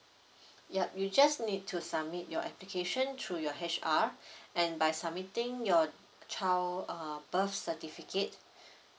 yup you just need to submit your application through your H_R and by submitting your child uh birth certificate